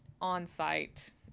on-site